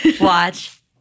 watch